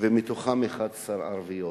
מהן 11 ערביות.